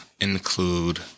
include